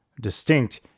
distinct